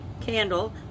candle